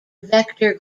vector